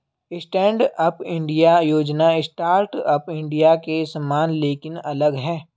stand up India योजना startup India के समान लेकिन अलग है